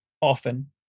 often